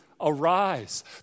arise